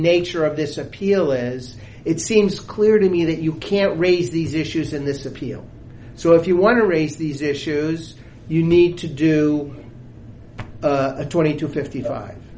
nature of this appeal is it seems clear to me that you can't raise these issues in this appeal so if you want to raise these issues you need to do a twenty to fifty five